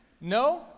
No